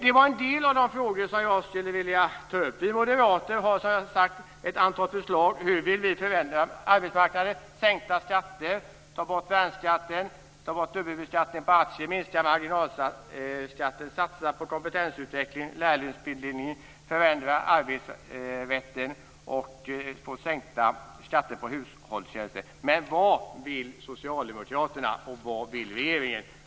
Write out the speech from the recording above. Det var en del av de frågor som jag ville ta upp. Vi moderater har som sagt ett antal förslag om hur vi vill förändra arbetsmarknaden: sänka skatter, ta bort värnskatten, ta bort dubbelbeskattningen på aktier, minska marginalskatten, satsa på kompetensutveckling, lärlingsutbildning, förändra arbetsrätten och få sänkta skatter på hushållstjänster. Vad vill socialdemokraterna, och vad vill regeringen?